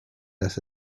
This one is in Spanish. las